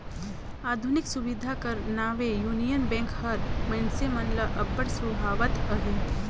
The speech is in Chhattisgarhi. आधुनिक सुबिधा कर नावें युनियन बेंक हर मइनसे मन ल अब्बड़ सुहावत अहे